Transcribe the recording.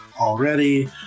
already